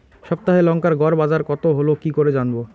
সপ্তাহে লংকার গড় বাজার কতো হলো কীকরে জানবো?